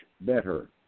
better